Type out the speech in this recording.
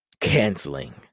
canceling